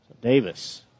Davis